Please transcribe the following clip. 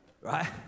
Right